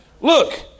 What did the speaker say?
Look